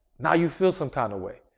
now, you feel some kind of way.